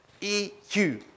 E-U